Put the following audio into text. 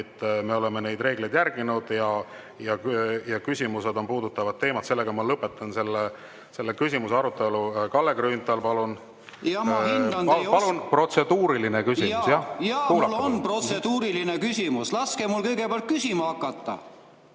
Me oleme neid reegleid järginud ja küsimused on puudutanud teemat. Ma lõpetan selle küsimuse arutelu. Kalle Grünthal, palun! Palun protseduuriline küsimus, eks? Jaa, mul on protseduuriline küsimus, laske mul kõigepealt küsima hakata.